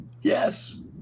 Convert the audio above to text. Yes